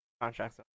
Contracts